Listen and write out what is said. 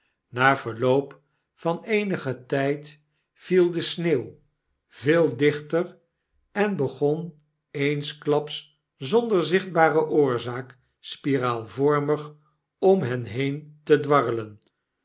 na verloop van eenigen tijd viel de sneeuw veel dichter en begon eensklaps zonder zichtbare oorzaak spiraalvormig om hen heen te dwarrelen